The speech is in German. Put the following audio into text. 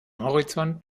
horizont